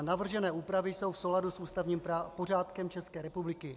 Navržené úpravy jsou v souladu s ústavním pořádkem České republiky.